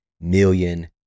million